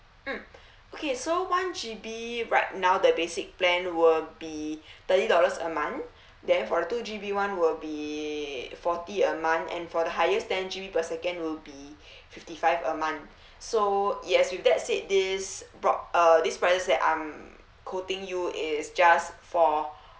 mm okay so one G_B right now the basic plan will be thirty dollars a month then for the two G_B one will be forty a month and for the highest ten G_B per second will be fifty five a month so yes with that said this broad uh these prices that I'm quoting you is just for